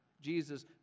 Jesus